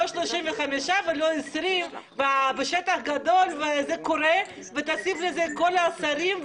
לא 35 ולא 20. תוסיף את כל השרים,